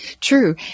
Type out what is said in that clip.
True